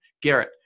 Garrett